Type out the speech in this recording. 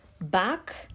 back